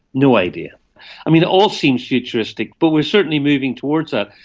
no idea. i mean, it all seems futuristic but we are certainly moving towards that.